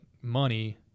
money